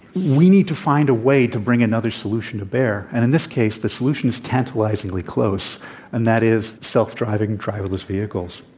we need to find a way to bring another solution to bear and in this case the solution is tantalizingly close and that is self-driving, driverless vehicles.